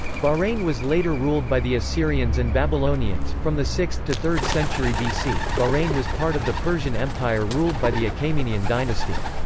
bahrain was later ruled by the assyrians and babylonians from the sixth to third century bc, bahrain was part of the persian empire ruled by the achaemenian dynasty.